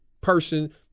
person